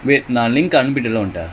oh cheddars